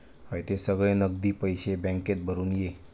हयते सगळे नगदी पैशे बॅन्केत भरून ये